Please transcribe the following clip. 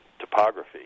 topography